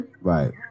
Right